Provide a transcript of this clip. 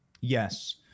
Yes